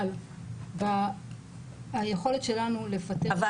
אבל היכולת שלנו לפטר על ענייני משמעת --- אבל